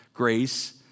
grace